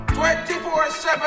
24-7